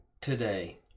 today